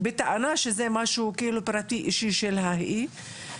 בטענה שזה משהו פרטי אישי של ההיא,